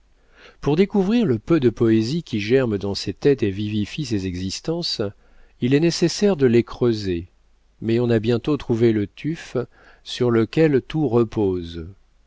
pour découvrir le peu de poésie qui germe dans ces têtes et vivifie ces existences il est nécessaire de les creuser mais on a bientôt trouvé le tuf sur lequel tout repose